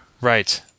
Right